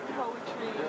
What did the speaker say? poetry